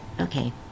Okay